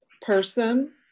person